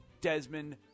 Desmond